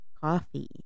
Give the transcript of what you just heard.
Coffee